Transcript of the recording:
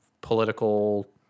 political